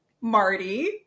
Marty